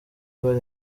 bari